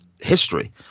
history